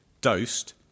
Dosed